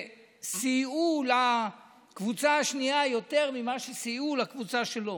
שסייעו לקבוצה השנייה יותר ממה שסייעו לקבוצה שלהם.